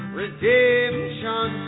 redemption